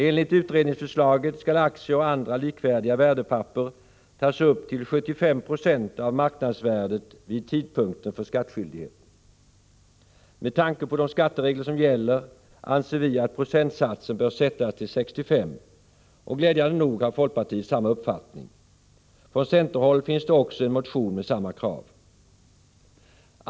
Enligt utredningsförslaget skall aktier och andra likvärdiga värdepapper tas upp till 75 9e av marknadsvärdet vid tidpunkten för skattskyldighet. Med tanke på de skatteregler som gäller anser vi att procentsatsen bör sättas till 65, och glädjande nog har folkpartiet samma uppfattning. Från centerhåll finns det också en motion med samma krav.